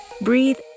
Breathe